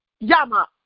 Yama